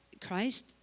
Christ